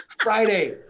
Friday